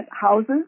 houses